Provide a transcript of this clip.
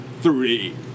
three